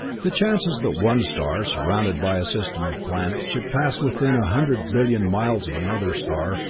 the chances that one star, surrounded by a system of planets, should pass within a hundred billion miles of another star,